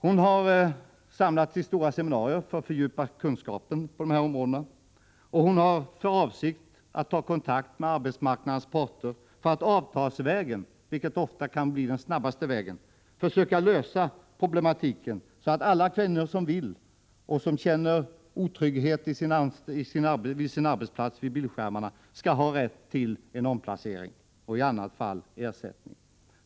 Hon har samlat till seminarier för att fördjupa kunskapen på dessa områden, och hon har för avsikt att ta kontakt med arbetsmarknadens parter för att avtalsvägen — vilket ofta är den snabbaste vägen — försöka lösa problemen, så att alla kvinnor som vill och som känner otrygghet vid sin arbetsplats vid bildskärmen skall ha rätt till omplacering och i annat fall ersättning.